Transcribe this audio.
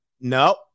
no